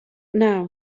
now